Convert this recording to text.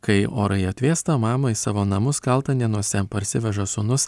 kai orai atvėsta mamą į savo namus kaltanėnuose parsiveža sūnus